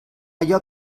allò